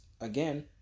again